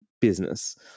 business